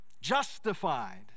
Justified